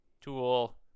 tool